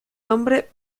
nombre